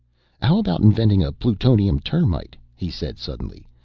how about inventing a plutonium termite? he said suddenly.